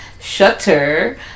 Shutter